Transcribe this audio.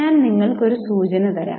ഞാൻ നിങ്ങൾക്ക് ഒരു സൂചന തരാം